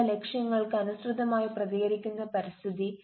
നിങ്ങളുടെ ലക്ഷ്യങ്ങൾക്ക് അനുസൃതമായി പ്രതികരിക്കുന്ന പരിസ്ഥിതി